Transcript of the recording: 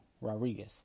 Rodriguez